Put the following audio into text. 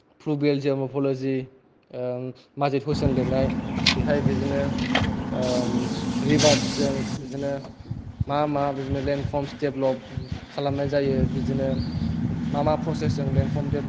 प्रुबेलजे' मपलजि माजिद हुइसेन लिरनाय बेहाय बिदिनो रिभारसजों बिदिनो मा मा बिदिनो लेन्द प्रमस देबलब खालामनाय जायो बिदिनो मा मा फ्रसेस जों लेन्द फ्रम देबलभ